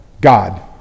god